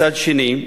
מצד שני,